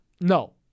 no